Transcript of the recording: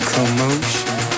Commotion